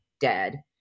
dead